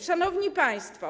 Szanowni Państwo!